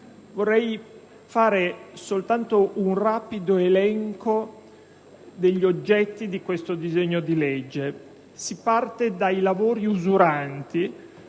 vorrei fare soltanto un rapido elenco degli oggetti di questo disegno di legge. Si parte dai lavori usuranti,